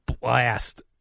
blast